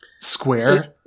square